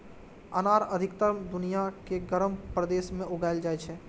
अनार अधिकतर दुनिया के गर्म प्रदेश मे उगाएल जाइ छै